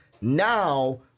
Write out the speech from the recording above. now